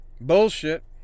Bullshit